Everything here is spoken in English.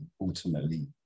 ultimately